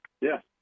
Yes